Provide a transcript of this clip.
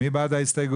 מי בעד ההסתייגות?